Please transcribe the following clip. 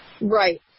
Right